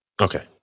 Okay